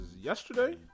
yesterday